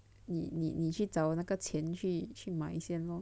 err 你你你去找那个钱去去买先 lor